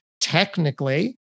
technically